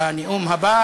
בנאום הבא.